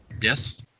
Yes